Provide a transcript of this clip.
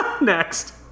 Next